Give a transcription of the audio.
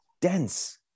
dense